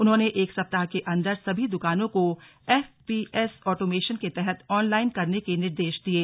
उन्होंने एक सप्ताह के अंदर सभी दुकानों को एफ पी एस ऑटोमेशन के तहत ऑनलाइन करने के निर्देश दिये